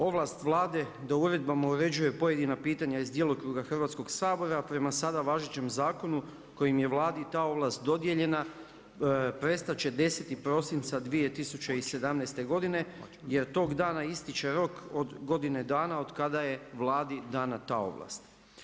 Ovlast Vlade da uredbama uređuje pojedina pitanja iz djelokruga Hrvatskog sabora prema sada važećem zakonu kojim je Vladi ta ovlast dodijeljena prestat će 10. prosinca 2017. godine jer tog dana ističe rok od godine dana od kada je Vladi dana ta ovlast.